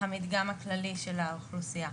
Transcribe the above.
המדגם הכללי של האוכלוסייה.